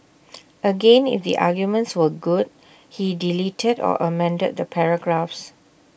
again if the arguments were good he deleted or amended the paragraphs